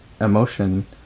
emotion